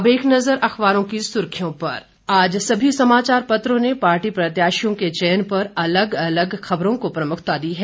अब एक नजर अखबारों की सुर्खियों पर जिल आज सभी समाचार पत्रों ने पार्टी प्रत्याशियों के चयन पर अलग अलग खबरों को प्रमुखता दी है